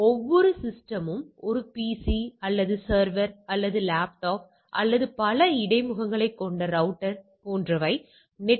ஒவ்வொரு உபகரணத்திலும் நான் குறைபாடுகளைக் காண்கிறேன்